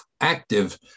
active